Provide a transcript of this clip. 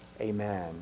amen